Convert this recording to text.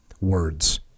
words